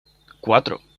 cuatro